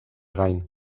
gain